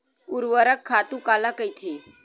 ऊर्वरक खातु काला कहिथे?